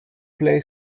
play